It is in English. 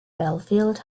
belfield